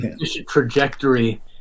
trajectory